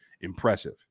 impressive